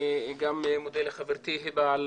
אני מודה לחברתי היבה על